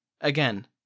Again